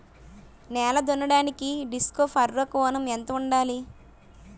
నేల దున్నడానికి disc furrow కోణం ఎంత ఉండాలి?